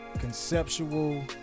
conceptual